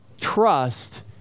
trust